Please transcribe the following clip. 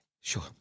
sure